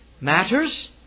matters